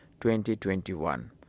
2021